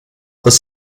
this